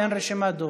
בעד הבקשה,